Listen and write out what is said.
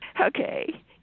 Okay